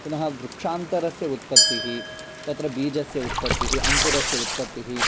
पुनः वृक्षान्तरस्य उत्पत्तिः तत्र बीजस्य उत्पत्तिः अङ्कुरस्य उत्पत्तिः